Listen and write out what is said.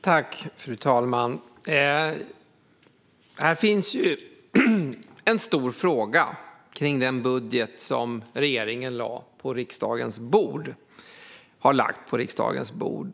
Fru talman! Det finns en stor fråga om den budget som regeringen har lagt fram på riksdagens bord.